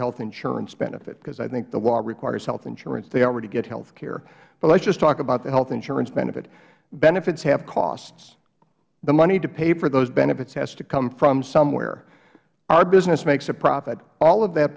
health insurance benefit because i think the law requires health insurance they already get health care but let's just talk about the health insurance benefit benefits have costs the money to pay for those benefits has to come from somewhere our business makes a profit all of that